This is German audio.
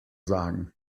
sagen